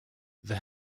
the